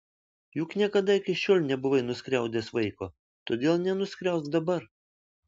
juk niekada iki šiol nebuvai nuskriaudęs vaiko todėl nenuskriausk dabar